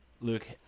luke